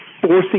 forcing